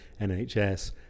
NHS